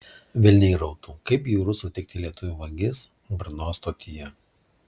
velniai rautų kaip bjauru sutikti lietuvių vagis brno stotyje